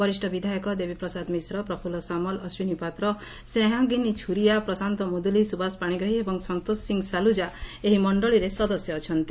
ବରିଷ ବିଧାୟକ ଦେବୀ ପ୍ରସାଦ ମିଶ୍ର ପ୍ରଫୁଲ୍ ସାମଲ ଅଶ୍ୱିନୀ ପାତ୍ର ସ୍ନେହାଙ୍ଗିନୀ ଛୁରୀଆ ପ୍ରଶାନ୍ତ ମୁଦୁଲି ସୁବାସ ପାଶିଗ୍ରାହୀ ଏବଂ ସନ୍ତୋଷ ସିଂ ସାଲ୍ବଜା ଏହି ମଣ୍ଡଳୀରେ ସଦସ୍ୟ ଅଛନ୍ତି